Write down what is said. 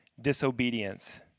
disobedience